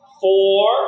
Four